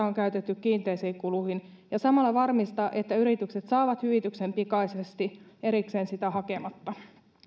on käytetty kiinteisiin kuluihin ja samalla varmistaa että yritykset saavat hyvityksen pikaisesti erikseen sitä hakematta